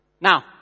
Now